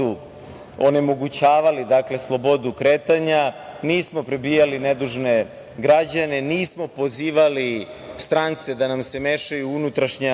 onemogućavali slobodu kretanja, nismo prebijali nedužne građane, nismo pozivali strance da nam se mešaju u unutrašnja